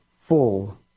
full